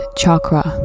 chakra